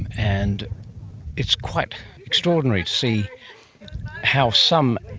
and it's quite extraordinary to see how some